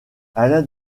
alain